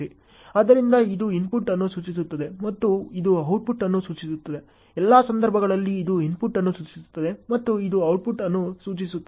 ಆದ್ದರಿಂದ ಇದು ಇನ್ಪುಟ್ ಅನ್ನು ಸೂಚಿಸುತ್ತದೆ ಮತ್ತು ಇದು ಔಟ್ಪುಟ್ ಅನ್ನು ಸೂಚಿಸುತ್ತದೆ ಎಲ್ಲಾ ಸಂದರ್ಭಗಳಲ್ಲಿ ಇದು ಇನ್ಪುಟ್ ಅನ್ನು ಸೂಚಿಸುತ್ತದೆ ಮತ್ತು ಇದು ಔಟ್ಪುಟ್ ಅನ್ನು ಸೂಚಿಸುತ್ತದೆ